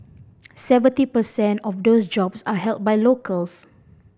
seventy per cent of those jobs are held by locals